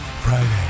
Friday